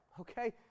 Okay